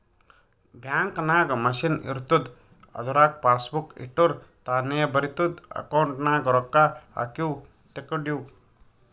bank ನಾಗ್ machine ಇರ್ತುದ್ ಅದುರಾಗ್ ಪಾಸಬುಕ್ ಇಟ್ಟುರ್ ತಾನೇ ಬರಿತುದ್ ಅಕೌಂಟ್ ನಾಗ್ ರೊಕ್ಕಾ ಹಾಕಿವು ತೇಕೊಂಡಿವು